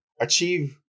achieve